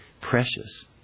precious